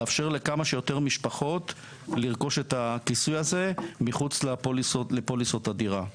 לאפשר לכמה שיותר משפחות לרכוש את הכיסוי הזה מחוץ לפוליסות הדירה.